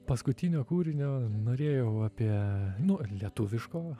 paskutinio kūrinio norėjau apie nu lietuviško